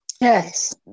yes